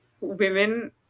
women